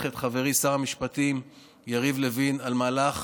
את חברי שר המשפטים יריב לוין על מהלך